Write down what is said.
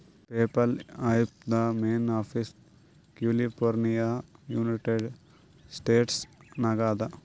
PayPal ಆ್ಯಪ್ದು main office California United States ನಾಗ್ ಅದಾ